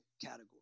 category